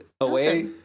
away